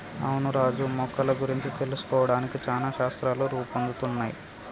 అవును రాజు మొక్కల గురించి తెలుసుకోవడానికి చానా శాస్త్రాలు రూపొందుతున్నయ్